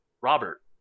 Robert